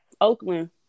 oakland